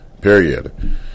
Period